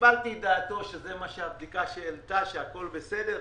קיבלתי את דעתו שהבדיקה העלתה שהכל בסדר,